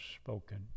spoken